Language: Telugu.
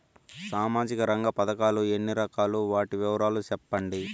సామాజిక రంగ పథకాలు ఎన్ని రకాలు? వాటి వివరాలు సెప్పండి